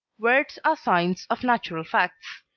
words are signs of natural facts.